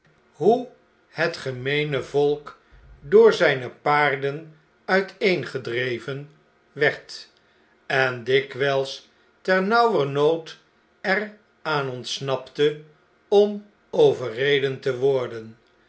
hoe het gemeene volk door zpe paarden uiteengedreven werd en dikwn'ls ternauwernood er aan ontsnapte om overreden te worden